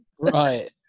Right